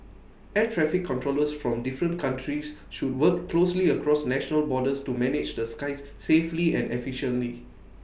air traffic controllers from different countries should work closely across national borders to manage the skies safely and efficiently